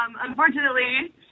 unfortunately